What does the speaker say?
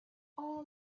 all